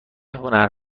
هنر